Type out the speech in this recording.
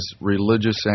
religious